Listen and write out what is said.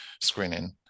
screening